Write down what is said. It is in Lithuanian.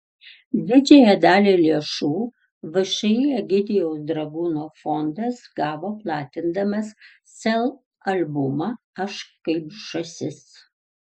didžiąją dalį lėšų všį egidijaus dragūno fondas gavo platindamas sel albumą aš kaip žąsis